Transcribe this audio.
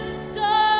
so